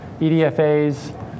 EDFAs